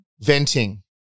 venting